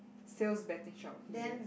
sales betting shop okay there's